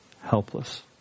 helpless